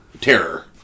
Terror